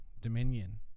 Dominion